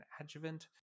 adjuvant